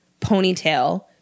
Ponytail